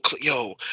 yo